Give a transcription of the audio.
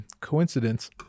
Coincidence